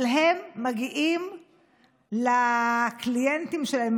אבל הם מגיעים לקליינטים שלהם,